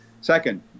Second